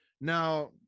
now